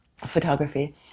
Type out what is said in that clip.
photography